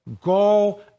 go